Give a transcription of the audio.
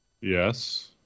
Yes